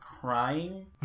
crying